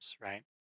right